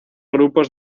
grupos